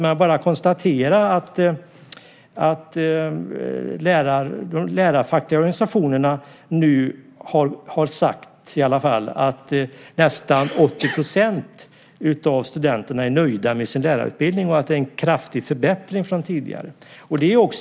Jag bara konstaterar att de lärarfackliga organisationerna nu i alla fall har sagt att nästan 80 % av studenterna är nöjda med sin lärarutbildning och att det är en kraftig förbättring jämfört med tidigare.